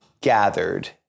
gathered